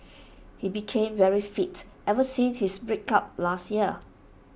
he became very fit ever since his break up last year